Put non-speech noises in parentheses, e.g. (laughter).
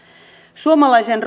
suomalaisen (unintelligible)